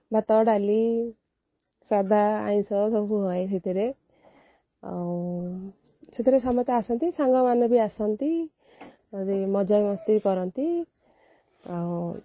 ଭାତ ଡାଲି ସାଧା ଆଇଁଷ ସବୁ ହୁଏ ସେଥିରେ ଆଉ ସେଥିରେ ସମସ୍ତେ ଆସନ୍ତି ସାଙ୍ଗମାନେ ବି ଆସନ୍ତି ମଜା ମସ୍ତି କରନ୍ତି ଆଉ